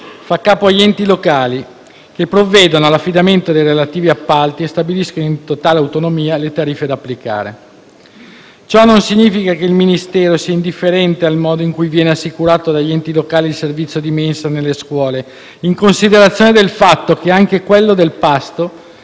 fa capo agli enti locali, che provvedono all'affidamento dei relativi appalti e stabiliscono in totale autonomia le tariffe da applicare. Ciò non significa che il Ministero sia indifferente al modo in cui viene assicurato dagli enti locali il servizio di mensa nelle scuole, in considerazione del fatto che anche quello del pasto